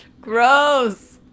Gross